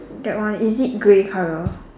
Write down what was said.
that one is it grey color